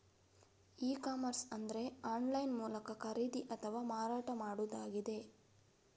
E commerce ಅಂದ್ರೆ online ಮೂಲಕ ಖರೀದಿ ಅಥವಾ ಮಾರಾಟ ಮಾಡುದಾಗಿದೆ